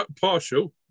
partial